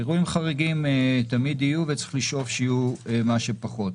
אירועים חריגים תמיד יהיו וצריך לשאוף שיהיו מה שפחות.